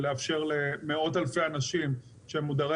ולאפשר למאות אלפי אנשים שהם מודרי